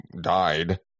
died